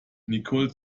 nicole